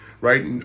right